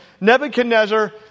Nebuchadnezzar